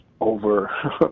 over